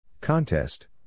Contest